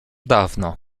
dawno